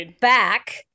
back